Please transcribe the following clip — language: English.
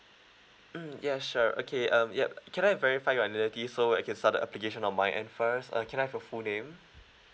mm yeah sure okay um yup can I verify your identity so I can start the application of my end first uh can I have your full name